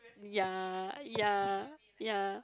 ya ya ya